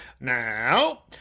Now